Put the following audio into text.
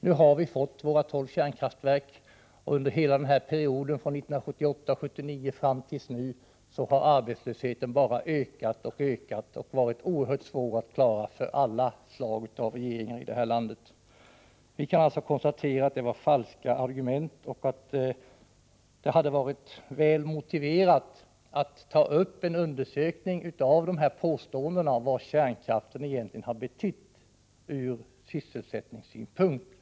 Nu har vi fått våra tolv kärnkraftverk, och under hela perioden från 1978/79 fram till nu har arbetslösheten bara ökat och varit oerhört svår att komma till rätta med för alla slag av regeringar i det här landet. Vi kan alltså konstatera att det var falska argument och att det hade varit väl motiverat att göra en undersökning av dessa påståenden om vad kärnkraften egentligen har betytt ur sysselsättningssynpunkt.